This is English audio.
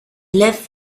live